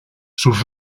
sus